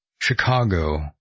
chicago